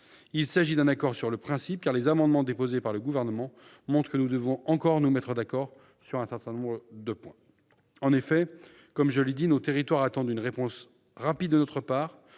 Il s'agit d'un accord sur le principe, car les amendements déposés par le Gouvernement montrent que nous devons encore nous accorder sur un certain nombre de points. Comme je l'ai dit, nos territoires attendent une réponse rapide de notre part.